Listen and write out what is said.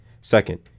Second